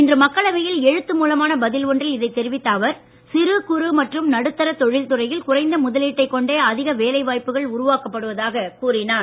இன்று மக்களவையில் எழுத்து மூலமான பதில் ஒன்றில் இதை தெரிவித்த அவர் சிறு குறு மற்றும் நடுத்தர தொழில் துறையில் குறைந்த முதலீட்டை கொண்டே அதிக வேலைவாய்ப்புகள் உருவாக்கப்படுவதாக கூறினார்